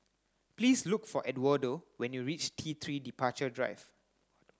please look for Edwardo when you reach T three Departure Drive